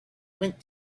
went